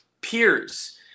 peers